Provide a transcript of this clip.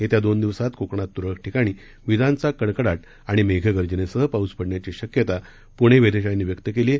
येत्या दोन दिवसात कोकणात तुरळक ठिकाणी विजांचा कडकडाट आणि मेघगर्जनेसह पाऊस पडण्याची शक्यता पुणे वेधशाळेनं व्यक्त केली आहे